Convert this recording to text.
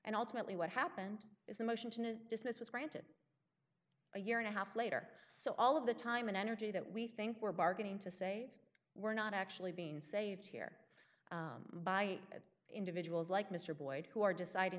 and ultimately what happened is the motion to dismiss was granted a year and a half later so all of the time and energy that we think we're bargaining to say we're not actually being saved here by individuals like mr boyd who are deciding